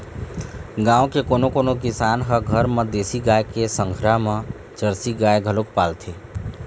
गाँव के कोनो कोनो किसान ह घर म देसी गाय के संघरा म जरसी गाय घलोक पालथे